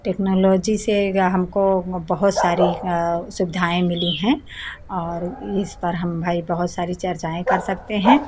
technology से हमको बहुत सारी सुविधाएं मिली हैं और इस पर हम भाई बहुत सारी चर्चाएं कर सकते हैं